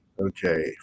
Okay